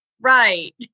Right